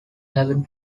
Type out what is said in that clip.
having